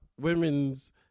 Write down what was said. women's